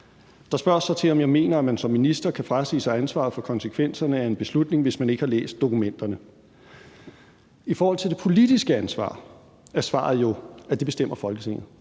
Der spørges så til, om jeg mener, at man som minister kan frasige sig ansvaret for konsekvenserne af en beslutning, hvis man ikke har læst dokumenterne. I forhold til det politiske ansvar er svaret jo, at det bestemmer Folketinget.